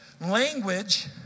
language